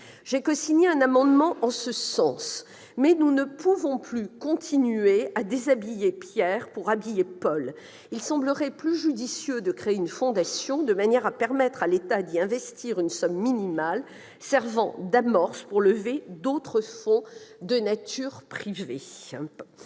J'ai donc cosigné un amendement en ce sens, mais nous ne pouvons plus continuer de déshabiller Pierre pour habiller Paul. Il semblerait plus judicieux de créer une fondation, de manière à permettre à l'État d'y investir une somme minimale destinée à servir d'amorce pour lever d'autres fonds, d'origine privée.